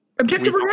Objective